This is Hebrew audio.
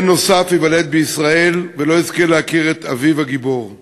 בן נוסף ייוולד בישראל ולא יזכה להכיר את אביו הגיבור.